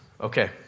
Okay